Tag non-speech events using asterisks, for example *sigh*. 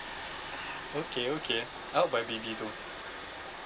*laughs* okay okay I'll buy B_B though